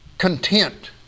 Content